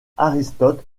aristote